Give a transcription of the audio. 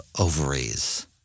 ovaries